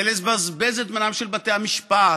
זה לבזבז את זמנם של בתי המשפט.